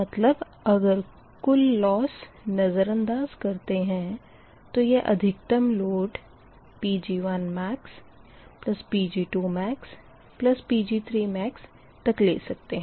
मतलब अगर कुल लोस नज़रंदाज़ करते है तो यह अधिकतम लोड Pg1maxPg2maxPg3max तक ले सकता है